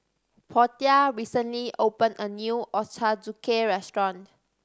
Portia recently opened a new Ochazuke restaurant